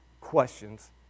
questions